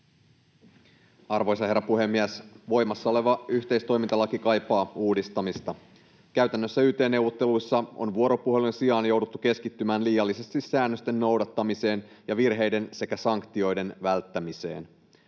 Arvoisa herra puhemies! Voimassa oleva yhteistoimintalaki kaipaa uudistamista. Käytännössä yt-neuvotteluissa on vuoropuhelun sijaan jouduttu keskittymään liiallisesti säännösten noudattamiseen ja virheiden sekä sanktioiden välttämiseen.